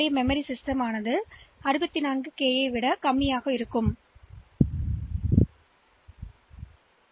செயலியுடன்மெமரிஎன்று நாங்கள் கருதுகிறோம் ஒருங்கிணைக்கப்பட்டசிஸ்டத்திற்கு 64 கே இடம் முழுமையாக கிடைத்துள்ளது எனவே எல்லா இடங்களும் செல்லுபடியாகும்